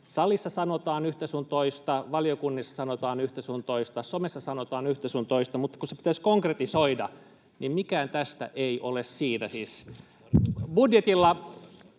salissa sanotaan yhtä sun toista, valiokunnissa sanotaan yhtä sun toista, somessa sanotaan yhtä sun toista, mutta ne pitäisi konkretisoida, ja mitään niistä ei ole tässä. Siis